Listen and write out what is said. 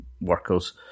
workers